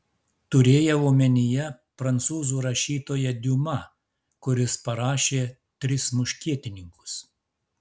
turėjau omenyje prancūzų rašytoją diuma kuris parašė tris muškietininkus